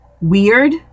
weird